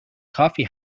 coffee